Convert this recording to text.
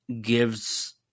gives